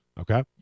Okay